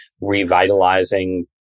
revitalizing